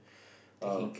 um